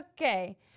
Okay